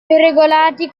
regolati